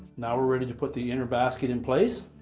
now we're ready to put the inner basket in place.